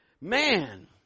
man